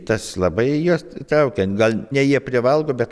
tas labai juos traukia gal nei jie privalgo bet